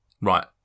Right